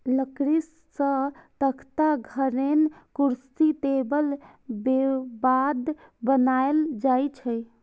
लकड़ी सं तख्ता, धरेन, कुर्सी, टेबुल, केबाड़ बनाएल जाइ छै